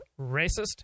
racist